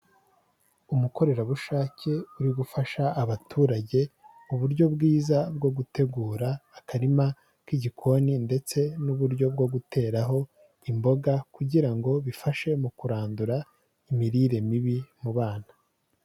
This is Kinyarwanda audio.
Umukorerabushake uri gufasha abaturage, uburyo bwiza bwo gutegura akarima k'igikoni ndetse n'uburyo bwo guteraho imboga, kugira ngo bifashe mu kurandura imirire mibi mu bana.